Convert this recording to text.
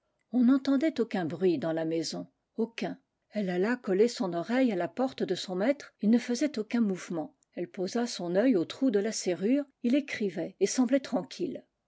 on n'entendait aucun bruit dans la maison aucun elle alla coller son oreille à la porte de son maître ii ne faisait aucun mouvement elle posa son œil au trou de la serrure ii écrivait et semblait tranquille